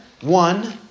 one